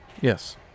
Yes